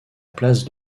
place